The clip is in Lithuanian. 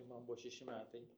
kai man buvo šeši metai